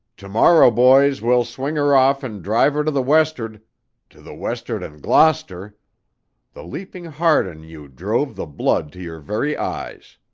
to-morrow, boys, we'll swing her off and drive her to the west'ard to the west'ard and gloucester the leaping heart in you drove the blood to your very eyes.